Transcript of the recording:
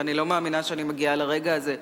ואני לא מאמינה שאני מגיעה לרגע הזה,